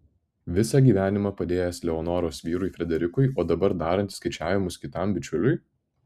visą gyvenimą padėjęs leonoros vyrui frederikui o dabar darantis skaičiavimus kitam bičiuliui